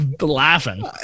laughing